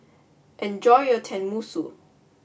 enjoy your Tenmusu